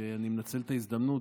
אני מנצל את ההזדמנות,